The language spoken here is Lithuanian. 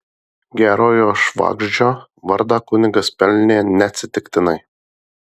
gerojo švagždžio vardą kunigas pelnė neatsitiktinai